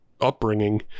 upbringing